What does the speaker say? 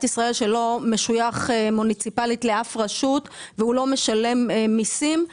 ישראל שלא משויך מוניציפאלית לאף רשות ולא משלם מיסים.